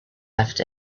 left